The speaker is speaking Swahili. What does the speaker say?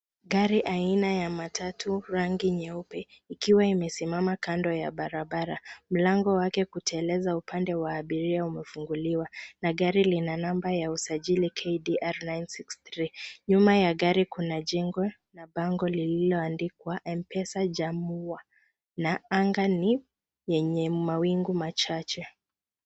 Gari aina ya amattatu rangi nyeupe ikiwa imesimama kando ya barabara. Mlango wake kuteleza upande wa abiria umefunguliwa na gari lina namba ya usajili KDR 963. Nyuma ya gari kuna jengo na bango lililoandikwa M-pesa Jamuwa na anga ni yenye mawingu machache.